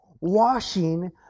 washing